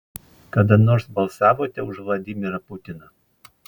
kada nors balsavote už vladimirą putiną